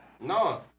No